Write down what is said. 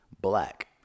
black